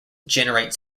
generate